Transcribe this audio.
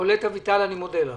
קולט אביטל, אני מודה לך.